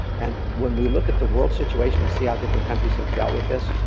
and when we look at the world situation and see how different countries have dealt with this,